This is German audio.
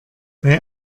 bei